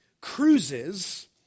cruises